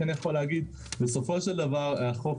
בסופו של דבר החוק,